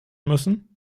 müssen